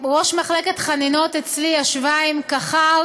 ראש מחלקת חנינות אצלי ישבה עם קח"ר